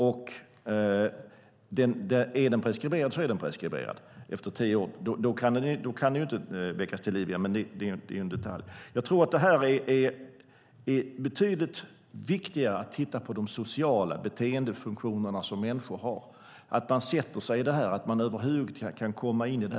Om den är preskriberad är den preskriberad efter tio år, och då kan den inte väckas till liv igen. Men det är en detalj. Jag tror att det är betydligt viktigare att titta på sociala beteendefunktioner hos människor och sätta sig in i hur detta över huvud taget är möjligt.